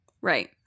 Right